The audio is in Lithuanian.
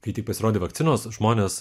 kai tik pasirodė vakcinos žmonės